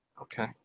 Okay